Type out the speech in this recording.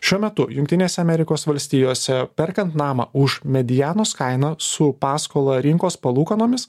šiuo metu jungtinėse amerikos valstijose perkant namą už medianos kainą su paskola rinkos palūkanomis